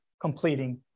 completing